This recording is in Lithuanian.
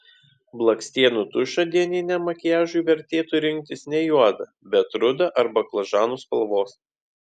blakstienų tušą dieniniam makiažui vertėtų rinktis ne juodą bet rudą ar baklažanų spalvos